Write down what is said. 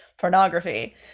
pornography